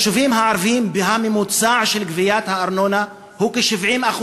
ביישובים הערביים הממוצע של גביית הארנונה הוא כ-70%,